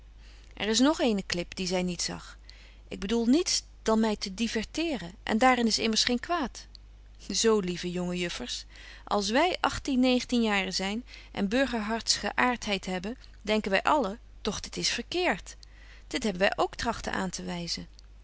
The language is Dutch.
er is nog eene klip die zy niet zag ik bedoel niets dan my te diverteeren en daar in is immers geen kwaad zo lieve jonge juffers als wy agttien negentien jaar zyn en burgerharts geäartheid hebben denken wy allen doch dit is verkeert dit hebben wy ook tragten aan te wyzen